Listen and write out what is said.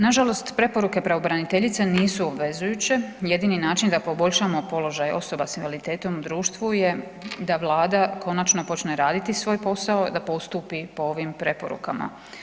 Nažalost preporuke pravobraniteljice nisu obvezujuće, jedini način da poboljšamo položaj osoba s invaliditetom u društvu je da Vlada konačno počne raditi svoj posao, da postupi po ovim preporukama.